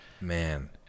man